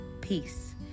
peace